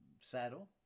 saddle